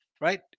right